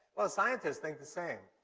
well, scientists think the same.